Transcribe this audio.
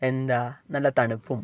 എന്താ നല്ല തണുപ്പും